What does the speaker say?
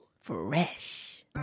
Fresh